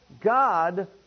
God